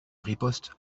riposte